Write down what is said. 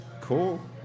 cool